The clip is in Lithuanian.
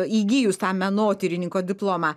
įgijus tą menotyrininko diplomą